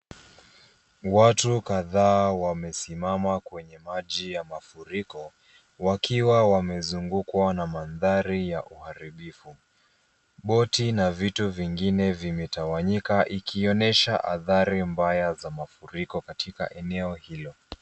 Watu kadhaa wamesimama kwenye maji ya mafuriko wakiwa wamezungukwa na mandhari ya uharibifu. Boti na vitu vingine vimetawanyika ikionyesha athari mbaya za mafuriko katika eneo hilo.